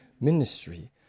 ministry